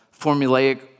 formulaic